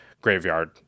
graveyard